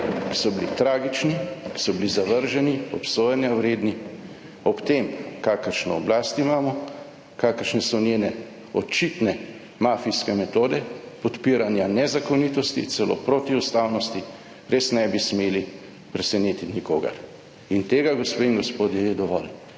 ki so bili tragični, ki so bili zavrženi, obsojanja vredni. Ob tem, kakršno oblast imamo, kakršne so njene očitne mafijske metode podpiranja nezakonitosti, celo protiustavnosti, res ne bi smeli presenetiti nikogar. In tega, gospe in gospodje, je dovolj.